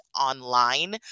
online